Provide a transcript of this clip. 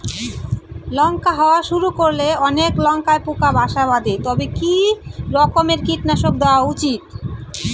লঙ্কা হওয়া শুরু করলে অনেক লঙ্কায় পোকা বাসা বাঁধে তবে কি রকমের কীটনাশক দেওয়া উচিৎ?